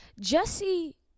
Jesse